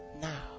now